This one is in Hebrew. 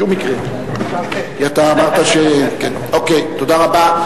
בשום מקרה, כי אתה אמרת, תודה רבה.